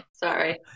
sorry